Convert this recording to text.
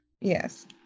Yes